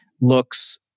looks